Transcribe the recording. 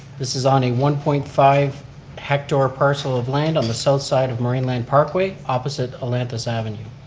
this is on a one point five hectare parcel of land on the south side of marineland parkway, opposite atlantis avenue.